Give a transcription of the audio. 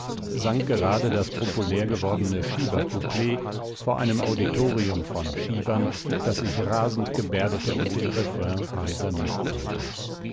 sang gerade das populär gewordene schiebercouplet vor einem auditorium von schiebern das sich rasend gebärdete und den refrain heiser mitbrüllte